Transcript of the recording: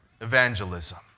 evangelism